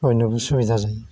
बयनोबो सुबिदा जायो